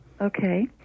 Okay